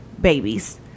babies